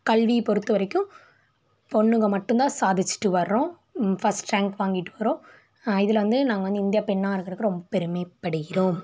கல்வியை பொறுத்த வரைக்கும் பொண்ணுங்க மட்டுந்தான் சாதிச்சுட்டு வர்றோம் ஃபஸ்ட் ரேங்க் வாங்கிட்டு வர்றோம் இதில் வந்து நாங்கள் வந்து இந்திய பெண்ணாக இருக்கறதுக்கு ரொம்ப பெருமைப்படுகிறோம்